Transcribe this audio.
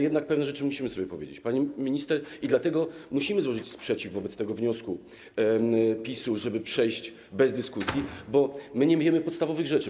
Jednak pewne rzeczy musimy sobie powiedzieć, pani minister, i dlatego musimy złożyć sprzeciw wobec wniosku PiS, żeby przejść dalej bez dyskusji, bo nic nie wiemy o podstawowych kwestiach.